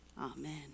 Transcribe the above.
Amen